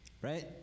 Right